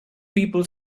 people